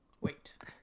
Wait